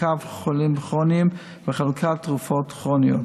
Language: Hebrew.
מעקב חולים כרוניים וחלוקת תרופות כרוניות.